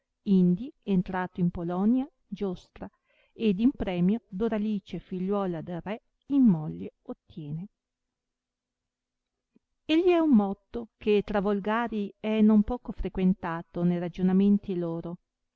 indi entrato in polonia giostra ed in premio doralice figliuola del re in moglie ottiene egli è un motto che tra volgari è non poco frequentato ne ragionamenti loro